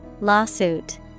Lawsuit